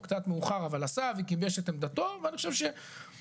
קצת מאוחר אבל עשה וגיבש את עמדתו ואני חושב שזה